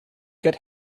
could